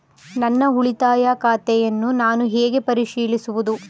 ನನ್ನ ಉಳಿತಾಯ ಖಾತೆಯನ್ನು ನಾನು ಹೇಗೆ ಪರಿಶೀಲಿಸುವುದು?